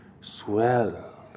swell